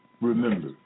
Remember